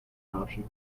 option